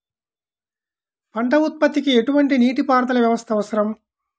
పంట ఉత్పత్తికి ఎటువంటి నీటిపారుదల వ్యవస్థ అవసరం?